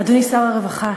אדוני שר הרווחה,